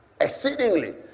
exceedingly